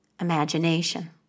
imagination